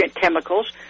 chemicals